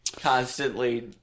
Constantly